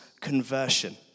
conversion